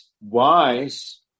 wise